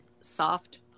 Soft